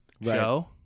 show